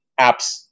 apps